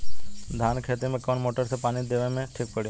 धान के खेती मे कवन मोटर से पानी देवे मे ठीक पड़ी?